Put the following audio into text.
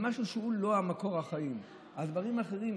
על משהו שהוא לא מקור החיים, על דברים אחרים.